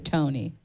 Tony